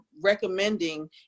recommending